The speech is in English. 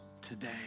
today